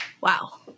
wow